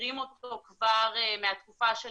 מכירים אותו כבר מהתקופה של